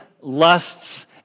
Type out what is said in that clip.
lusts